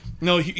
No